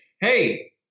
hey